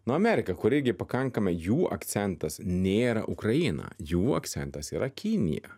nu amerika kur irgi pakankamai jų akcentas nėra ukraina jų akcentas yra kinija